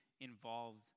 involved